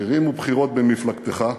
בכירים ובכירות במפלגתך,